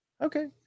okay